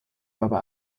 aber